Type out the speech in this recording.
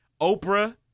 oprah